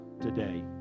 today